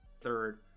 third